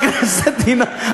חבר הכנסת ינון,